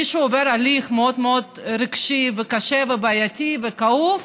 מי שעובר הליך מאוד רגשי, קשה, בעייתי וכאוב,